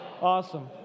Awesome